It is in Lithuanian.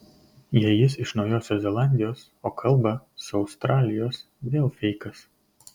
jei jis iš naujosios zelandijos o kalba su australijos vėl feikas